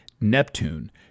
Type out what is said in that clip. Neptune